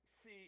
See